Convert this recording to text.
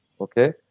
Okay